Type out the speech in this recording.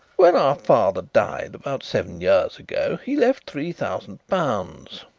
when our father died about seven years ago, he left three thousand pounds.